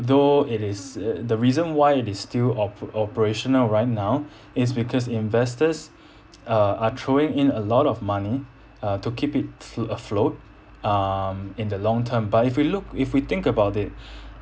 though it is the reason why it still op~ operational right now is because investors uh are throwing in a lot of money uh to keep it fl~ afloat um in the long term but if we look if we think about it